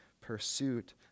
pursuit